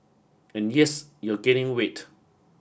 and yes you're gaining weight